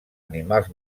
animals